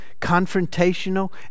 confrontational